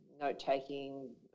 note-taking